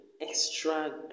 extra